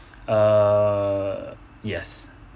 err yes